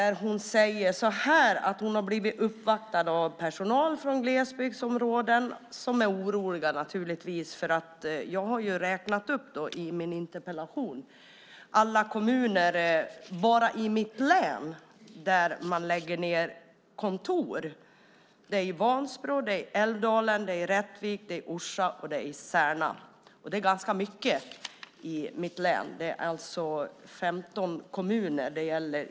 Hon säger att hon har blivit uppvaktad av personal från glesbygdsområden som naturligtvis är oroliga. Jag har i min interpellation räknat upp alla kommuner, bara i mitt län, där man lägger ned kontor. Det gäller Vansbro, Älvdalen, Rättvik, Orsa och Särna, och det är ganska mycket i mitt län. Det gäller 15 kommuner totalt.